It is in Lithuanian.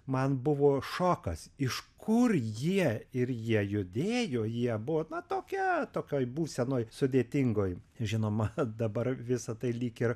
man buvo šokas iš kur jie ir jie judėjo jie buvo na tokie tokioj būsenoj sudėtingoj žinoma dabar visa tai lyg ir